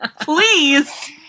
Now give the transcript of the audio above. Please